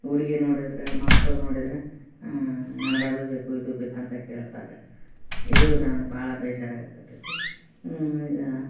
ಹುಡ್ಗಿ ನೋಡಿದರೆ ಮಕ್ಳು ನೋಡಿದರೆ ನನಗೆ ಅದು ಬೇಕು ಇದು ಬೇಕು ಅಂತ ಕೇಳ್ತಾರೆ ಇದು ನನಗೆ ಭಾಳ ಬೇಜಾರಾಗಕ್ಕತೈತಿ ಈಗ